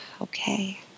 Okay